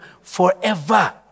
forever